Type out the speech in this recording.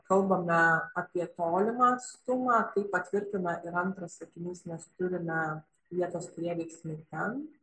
kalbame apie tolimą atstumą tai patvirtina ir antras sakinys mes turime vietos prieveiksmį ten